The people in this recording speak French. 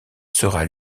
sera